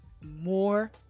more